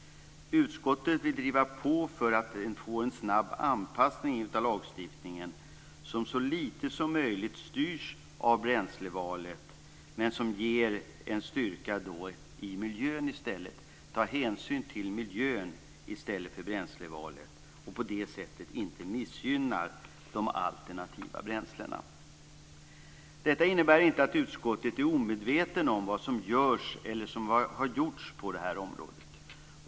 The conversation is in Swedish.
Utskottet vill driva på för att få en snabb anpassning av lagstiftningen som så lite som möjligt styrs av bränslevalet men ger en styrka i miljön. Den ska ta hänsyn till miljön i stället för bränslevalet och på det sättet inte missgynna de alternativa bränslena. Det innebär inte att utskottet är omedvetet om vad som har gjorts på området.